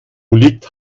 liegt